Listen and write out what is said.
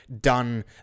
done